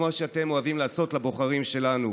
כמו שאתם אוהבים לעשות לבוחרים שלנו.